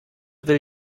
will